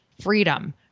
freedom